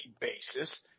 basis